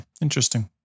interesting